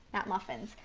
not muffins.